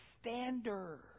standard